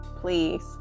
please